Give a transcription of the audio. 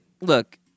look